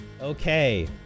Okay